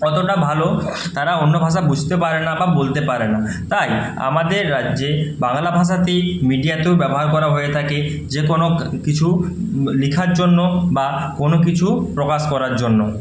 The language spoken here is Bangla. কতটা ভালো তারা অন্য ভাষা বুঝতে পারে না বা বলতে পারে না তাই আমাদের রাজ্যে বাংলা ভাষাতেই মিডিয়াতেও ব্যবহার করা হয়ে থাকে যে কোনও কিছু লেখার জন্য বা কোনও কিছু প্রকাশ করার জন্য